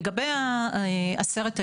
לגבי עשרת היישובים,